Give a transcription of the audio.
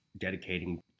dedicating